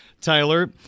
Tyler